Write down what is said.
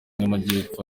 y’amajyepfo